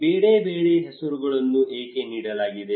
ಬೇರೆ ಬೇರೆ ಹೆಸರುಗಳನ್ನು ಏಕೆ ನೀಡಲಾಗಿದೆ